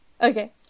okay